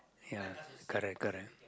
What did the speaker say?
ya correct correct